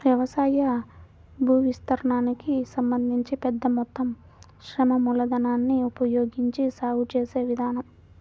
వ్యవసాయ భూవిస్తీర్ణానికి సంబంధించి పెద్ద మొత్తం శ్రమ మూలధనాన్ని ఉపయోగించి సాగు చేసే విధానం